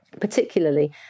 particularly